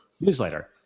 newsletter